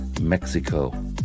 Mexico